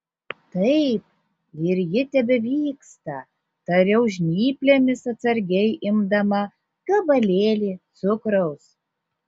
taip ir ji tebevyksta tariau žnyplėmis atsargiai imdama gabalėlį cukraus